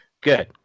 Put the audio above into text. Good